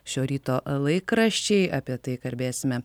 šio ryto laikraščiai apie tai kalbėsime